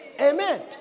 Amen